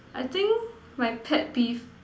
I think my pet peeve